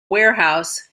warehouse